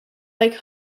like